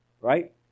Right